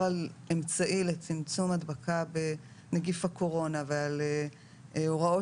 על אמצעי לצמצום הדבקה בנגיף הקורונה ועל הוראות